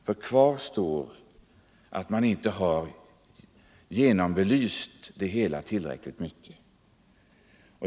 Kvar står fortfarande att man inte har genomlyst frågan tillräckligt.